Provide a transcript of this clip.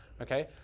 Okay